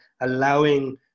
allowing